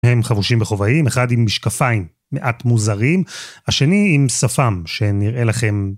הם חבושים בכובעים, אחד עם משקפיים מעט מוזרים, השני עם שפם שנראה לכם